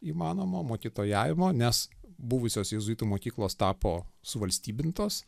įmanoma mokytojavimo nes buvusios jėzuitų mokyklos tapo suvalstybintos